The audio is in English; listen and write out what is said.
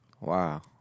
wow